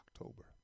October